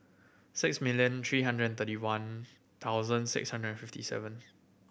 six million three hundred and thirty one thousand six hundred and fifty seven